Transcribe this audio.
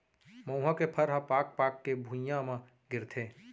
मउहा के फर ह पाक पाक के भुंइया म गिरथे